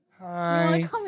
Hi